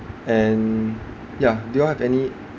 and ya do you all have any